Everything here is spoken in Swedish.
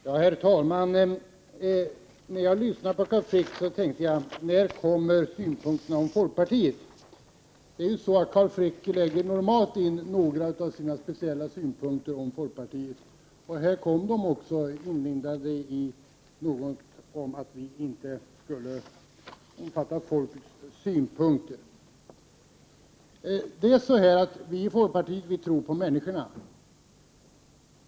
Herr talman! När jag lyssnade till Carl Frick frågade jag mig: När kommer synpunkterna om folkpartiet? Carl Frick lägger normalt in några av sina speciella synpunkter på folkpartiet och här kom de också, inlindade i formen av att vi inte skulle omfatta folkets synpunkter. Vi i folkpartiet tror på människorna.